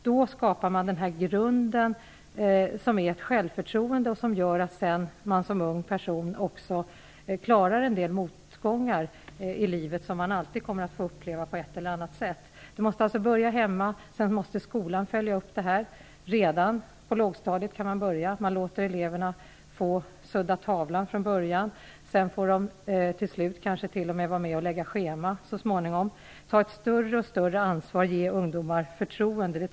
Då skapar man grunden till ett självförtroende som gör att man som ung person också klarar en del motgångar som man kommer att få uppleva på ett eller annat sätt i livet. Det måste börjas hemma, och sedan måste skolan följa upp detta. Man kan börja redan på lågstadiet. Man kan låta eleverna få sudda tavlan i början, sedan får de kanske till slut t.o.m. vara med och lägga schema. Det är väldigt viktigt att ge ungdomar större och större ansvar och att ge dem förtroende.